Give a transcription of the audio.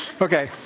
Okay